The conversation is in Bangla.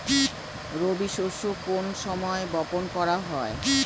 রবি শস্য কোন সময় বপন করা হয়?